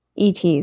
ETs